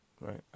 right